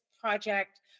project